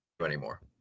anymore